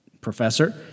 professor